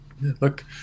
look